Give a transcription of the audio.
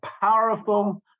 powerful